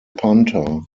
punter